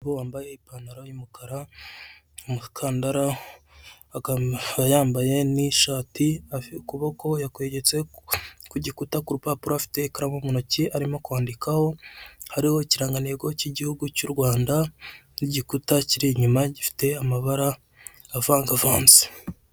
.......Bo wambaye ipantaro y'umukara, umukandara, akaba yambaye n'ishati, ukuboko yakwegetse ku gikuta ku papuro afite ikaramu mu ntoki arimo kwandikaho, hariho ikirangantego cy'igihugu cy'u Rwanda n'igikuta kiri inyuma gifite amabara avangavanze.